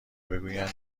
بگویند